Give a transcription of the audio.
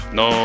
no